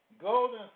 golden